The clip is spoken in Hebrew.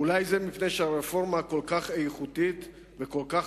אולי זה מפני שהרפורמה כל כך איכותית וכל כך